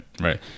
right